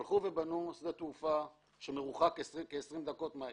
בנו שדה תעופה שמרוחק כ-20 דקות מהעיר.